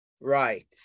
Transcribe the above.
right